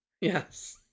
Yes